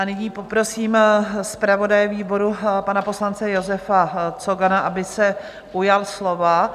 Nyní poprosím zpravodaje výboru pana poslance Josefa Cogana, aby se ujal slova.